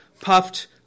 puffed